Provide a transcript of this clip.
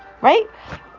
Right